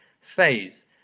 phase